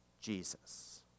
Jesus